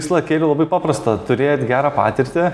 tikslą kėliau labai paprastą turėt gerą patirtį